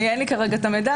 אין לי כרגע את המידע.